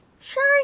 Sure